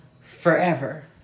forever